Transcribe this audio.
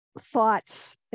thoughts